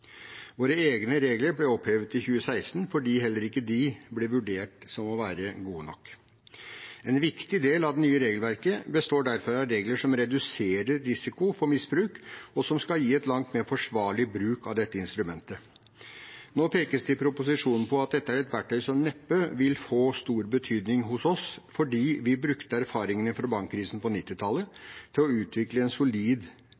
Våre egne regler ble opphevet i 2016, for heller ikke de ble vurdert å være gode nok. En viktig del av det nye regelverket består derfor av regler som reduserer risiko for misbruk, og som skal gi en langt mer forsvarlig bruk av dette instrumentet. Nå pekes det i proposisjonen på at dette er et verktøy som neppe vil få stor betydning hos oss, fordi vi brukte erfaringene fra bankkrisen på